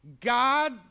God